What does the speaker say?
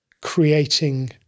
creating